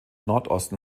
nordosten